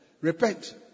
Repent